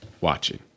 watching